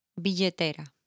Billetera